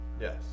yes